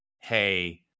hey